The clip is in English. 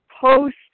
post